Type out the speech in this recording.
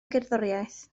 gerddoriaeth